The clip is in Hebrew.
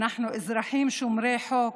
אנחנו אזרחים שומרי חוק,